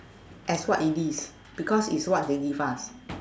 as what it is because is what they give us